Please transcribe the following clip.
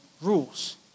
rules